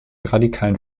radikalen